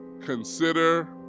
consider